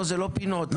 לא, זה לא פינות .